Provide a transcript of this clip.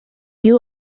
you